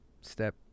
step